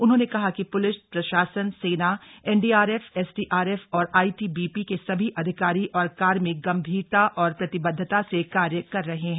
उन्होंने कहा कि प्लिस प्रशासन सेना एनडीआरएफ एसडीआरएफ और आईटीबीपी के सभी अधिकारी और कार्मिक गंभीरता और प्रतिबद्धता से कार्य कर रहे हैं